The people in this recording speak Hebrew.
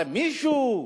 הרי מישהו,